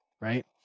right